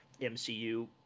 mcu